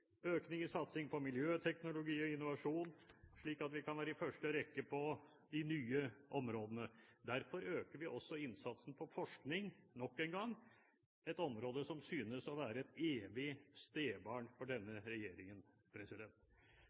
økning i satsing på miljøteknologi og innovasjon, slik at vi kan være i første rekke på de nye områdene. Derfor øker vi også innsatsen til forskning nok en gang, et område som synes å være et evig stebarn for denne regjeringen.